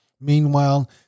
Meanwhile